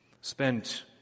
spent